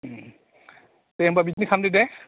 उम उम दे होमबा बिदिनो खालामदो दे